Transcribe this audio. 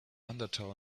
undertow